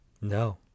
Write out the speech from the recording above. No